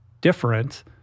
different